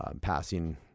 passing